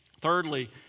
Thirdly